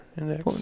index